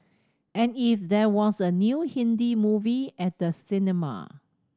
and if there was a new Hindi movie at the cinema